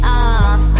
off